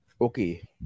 okay